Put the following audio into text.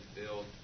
build